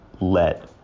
let